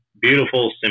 beautiful